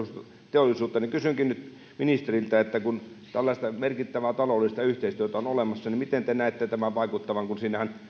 metsäteollisuutta niin kysynkin ministeriltä kun tällaista merkittävää taloudellista yhteistyötä on olemassa miten te näette tämän vaikuttavan kun